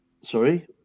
sorry